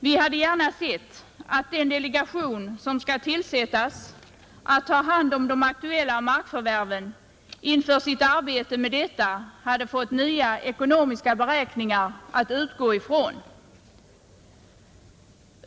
Vi hade gärna sett att den delegation som skall tillsättas för att ta hand om de aktuella markförvärven inför sitt arbete med detta hade fått nya ekonomiska beräkningar att utgå ifrån.